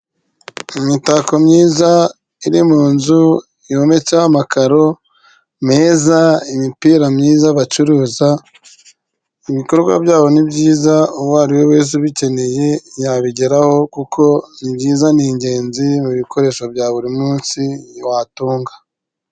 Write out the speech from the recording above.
Imitako myiza iri mu nzu yometseho amakaro meza, imipira myiza bacuruza, ibikorwa byabo ni byiza, uwo ari we wese ubikeneye yabigeraho, kuko ni byiza ni ingenzi mu bikoresho bya buri munsi watunga.